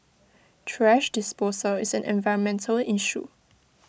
thrash disposal is an environmental issue